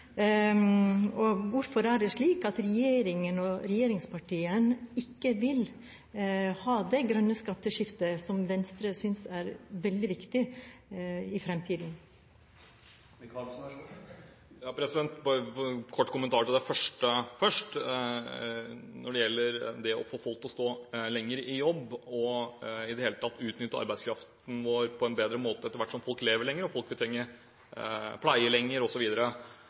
ønsker. Hvorfor er det slik at regjeringen og regjeringspartiene ikke vil ha det grønne skatteskiftet, som Venstre synes er veldig viktig, i fremtiden? Bare en kort kommentar til det første først: Når det gjelder det å få folk til å stå lenger i jobb og i det hele tatt utnytte arbeidskraften vår på en bedre måte etter hvert som folk lever lenger, folk vil trenge pleie lenger,